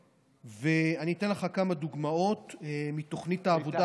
אני אתן לך כמה דוגמאות מתוכנית העבודה